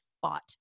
fought